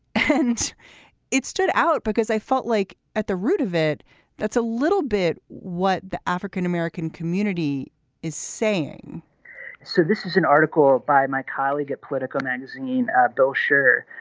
and it stood out because i felt like at the root of it that's a little bit what the african-american community is saying so this is an article by my colleague at politico magazine ah brochure.